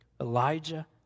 Elijah